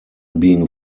being